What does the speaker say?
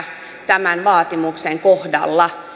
tämän vaatimuksen kohdalla